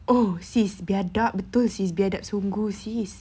oh sis biadab sis biadab sungguh sis